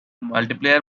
multiplayer